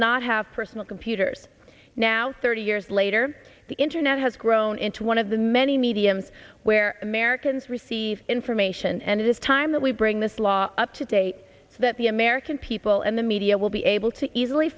not have personal computers now thirty years later the internet has grown into one of the many mediums where americans receive information and it is time that we bring this law up to date that the american people and the media will be able to easily